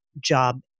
job